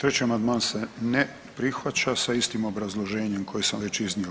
3. amandman se ne prihvaća sa istim obrazloženjem koji sam već iznio.